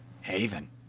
Haven